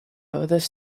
this